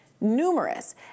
numerous